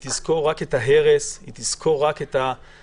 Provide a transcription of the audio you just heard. היא תזכור רק את ההרס, היא תזכור רק את ההפקרות.